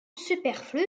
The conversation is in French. superflu